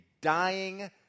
dying